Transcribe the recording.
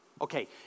Okay